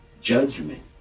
Judgment